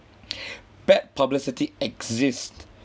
bad publicity exist